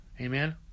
Amen